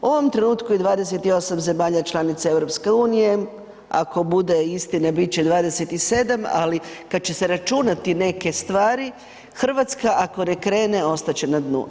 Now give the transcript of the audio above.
U ovom trenutku je 28 zemalja članica EU, ako bude istine bit će 27, ali kada će se računati neke stvari Hrvatska ako ne krene ostat će na dnu.